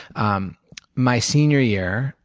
um my senior year,